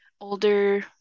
older